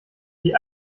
die